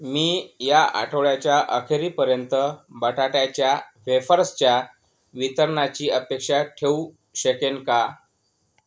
मी या आठवड्याच्या अखेरीपर्यंत बटाट्याच्या वेफर्सच्या वितरणाची अपेक्षा ठेवू शकेन का